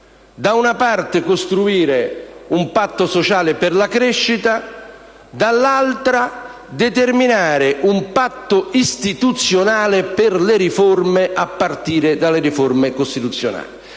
di costruire un patto sociale per la crescita; dall'altra, di determinare un patto istituzionale per le riforme a partire da quelle costituzionali.